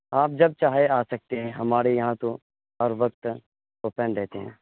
آپ جب چاہے آ سکتے ہیں ہمارے یہاں تو ہر وقت اوپن رہتے ہیں